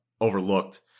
overlooked